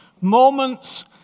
Moments